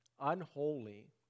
unholy